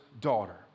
daughter